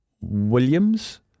Williams